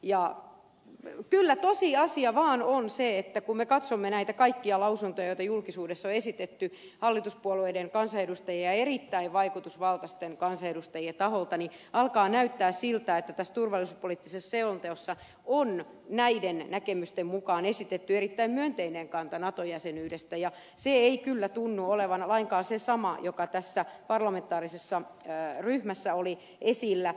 kyllä tosiasia vaan on se että kun me katsomme näitä kaikkia lausuntoja joita julkisuudessa on esitetty hallituspuolueiden kansanedustajien ja erittäin vaikutusvaltaisten kansanedustajien taholta alkaa näyttää siltä että tässä turvallisuuspoliittisessa selonteossa on näiden näkemysten mukaan esitetty erittäin myönteinen kanta nato jäsenyyteen ja se ei kyllä tunnu olevan lainkaan se sama joka tässä parlamentaarisessa ryhmässä oli esillä